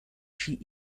чьи